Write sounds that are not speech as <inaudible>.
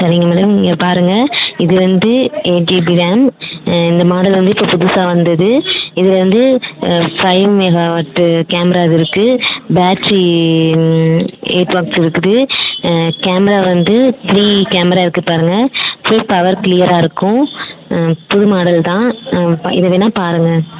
சரிங்க மேடம் நீங்கள் பாருங்கள் இது வந்து எயிட் ஜிபி ரேம் இந்த மாடல் வந்து இப்போ புதுசாக வந்தது இது வந்து ஃபை மெகா வாட் கேமரா இருக்கு பேட்டரி எயிட் பாக்ஸ் இருக்குது கேமரா வந்து த்ரீ கேமரா இருக்கு பாருங்கள் <unintelligible> பவர் கிளியராகருக்கும் புது மாடல் தான் இது வேணா பாருங்கள்